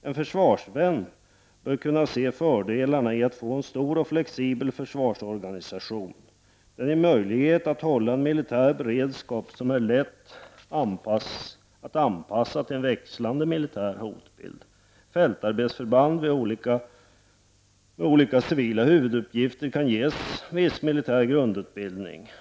En försvarsvän bör kunna se fördelarna med att få en stor och flexibel försvarsorganisation. En sådan innebär möjligheter att hålla en militär beredskap som är lätt att anpassa till en växlande militär hotbild. Fältarbetsförband med olika civila huvuduppgifter kan få viss militär grundutbildning.